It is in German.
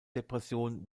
depression